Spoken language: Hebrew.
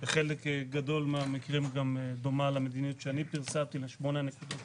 שבחלק גדול מהמקרים גם דומה לשמונה הנקודות